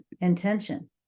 intention